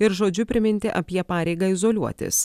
ir žodžiu priminti apie pareigą izoliuotis